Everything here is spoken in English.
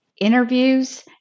interviews